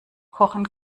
kochen